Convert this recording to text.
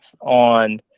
on